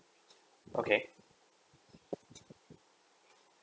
okay